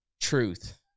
truth